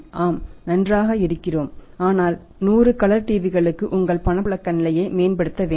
ஆம் நாம் நன்றாக இருக்கிறோம் ஆனால் 100 கலர் டிவிகளுக்கு உங்கள் பணப்புழக்க நிலையை மேம்படுத்த வேண்டும்